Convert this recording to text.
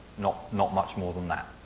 not not much more than that,